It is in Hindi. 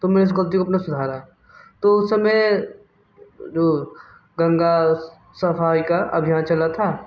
तो मैं इस ग़लती को अपनी सुधारा तो उस समय जो गंगा सफ़ाई का अभियान चला था